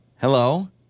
Hello